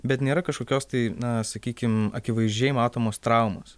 bet nėra kažkokios tai na sakykim akivaizdžiai matomos traumos